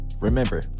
Remember